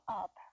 up